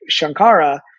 Shankara